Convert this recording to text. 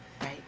Right